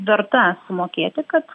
verta sumokėti kad